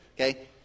Okay